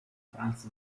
franz